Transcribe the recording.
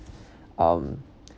um